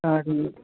तां ठीक ऐ